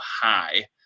high